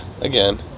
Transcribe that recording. Again